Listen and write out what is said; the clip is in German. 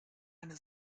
eine